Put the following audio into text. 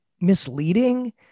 misleading